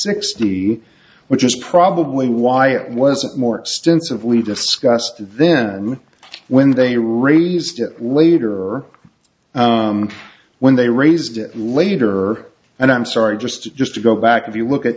sixty which is probably why it wasn't more extensively discussed then when they raised it later when they raised it later and i'm sorry just just to go back if you look at